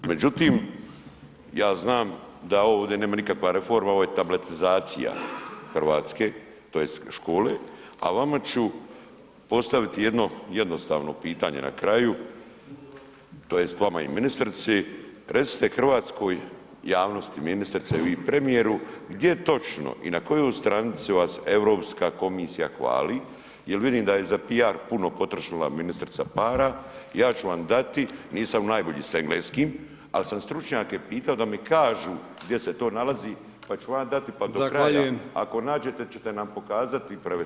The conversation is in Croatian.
Međutim, ja znam da ovo ovdje nema nikakva reforma, ovo je tabletizacija RH tj. škole, a vama ću postaviti jedno jednostavno pitanje na kraju tj. vama i ministrici, recite hrvatskoj javnosti ministrice i vi premijeru gdje točno i na kojoj stranici vas Europska komisija hvali jel vidim da je za piar puno potrošila ministrica para, ja ću vam dati, nisam najbolji s engleskim, al sam stručnjake pitao da mi kažu gdje se to nalazi, pa ću vam dati [[Upadica: Zahvaljujem]] pa … [[Govornik se ne razumije]] ako nađete ćete nam pokazati i prevesti.